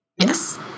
Yes